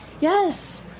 Yes